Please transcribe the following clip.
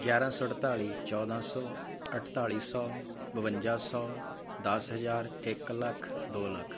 ਗਿਆਰ੍ਹਾਂ ਸੌ ਅਠਤਾਲੀ ਚੌਦ੍ਹਾਂ ਸੌ ਅਠਤਾਲੀ ਸੌ ਬਵੰਜਾ ਸੌ ਦਸ ਹਜ਼ਾਰ ਇੱਕ ਲੱਖ ਦੋ ਲੱਖ